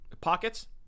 pockets